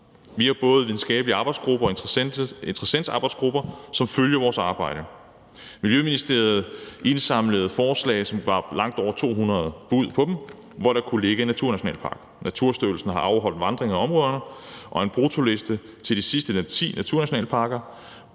Vi har både videnskabelige arbejdsgrupper og interessentarbejdsgrupper, som følger vores arbejde. Miljøministeriet indsamlede forslag, hvor der var langt over 200 bud på, hvor der kunne ligge en naturnationalpark. Naturstyrelsen har afholdt vandringer i områderne og lavet en bruttoliste over de sidste ti naturnationalparker.